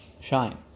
shine